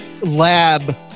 lab